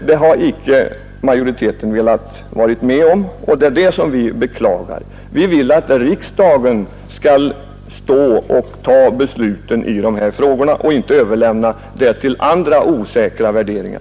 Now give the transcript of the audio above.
Detta har icke majoriteten velat vara med om, och det är det vi beklagar. Vi vill att riksdagen skall fatta besluten i dessa frågor och inte överlämna dem till andra, osäkra värderingar.